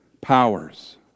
powers